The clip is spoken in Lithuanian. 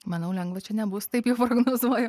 manau lengva čia nebus taip jau prognozuoju